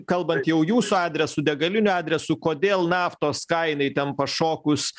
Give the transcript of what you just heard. kalbant jau jūsų adresu degalinių adresu kodėl naftos kainai ten pašokus